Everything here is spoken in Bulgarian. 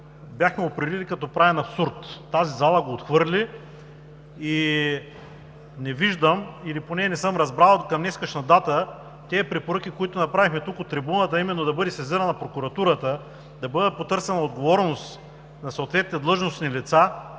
бяхме определили като правен абсурд. Тази зала го отхвърли и не виждам или поне не съм разбрал към днешна дата тези препоръки, които направихме от трибуната, а именно: да бъде сезирана прокуратурата, да бъде потърсена отговорност на съответните длъжностни лица